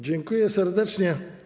Dziękuję serdecznie.